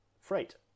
freight